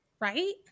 right